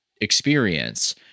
experience